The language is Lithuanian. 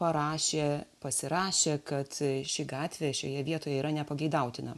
parašė pasirašė kad ši gatvė šioje vietoje yra nepageidautina